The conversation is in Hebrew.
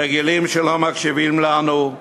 רגילים שלא מקשיבים לנו,